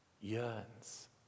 yearns